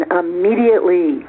immediately